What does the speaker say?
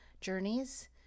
journeys